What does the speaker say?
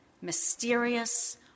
mysterious